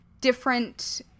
different